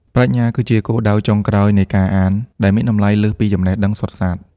ប្រាជ្ញា គឺជាគោលដៅចុងក្រោយនៃការអាន ដែលមានតម្លៃលើសពីចំណេះដឹងសុទ្ធសាធ។